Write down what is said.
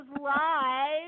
live